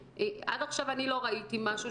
עד עכשיו אני לא ראיתי משהו,